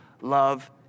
love